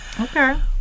Okay